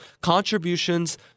Contributions